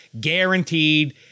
guaranteed